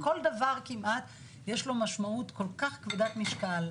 כל דבר כמעט יש לו משמעות כל כך כבדת משקל